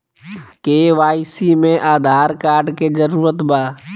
KYC में Aadhaar card के जरूरत बा?